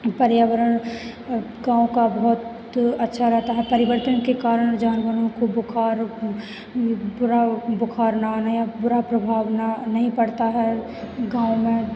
पर्यावरण गाँव का बहुत अच्छा रहता है परिवर्तन के कारण जानवरों को बुखार बुरा बुखार ना आए बुरा प्रभाव ना नहीं पड़ता है गाँव में